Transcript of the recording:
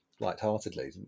Lightheartedly